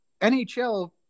NHL